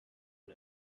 but